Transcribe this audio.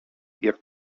jak